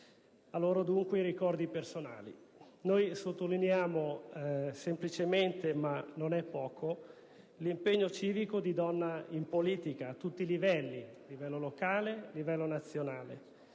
la Colombo) - i ricordi personali. Noi sottolineiamo semplicemente, ma non è poco, l'impegno civico di donna in politica a tutti i livelli, locale e nazionale,